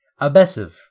Abessive